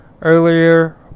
earlier